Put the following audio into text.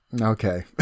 okay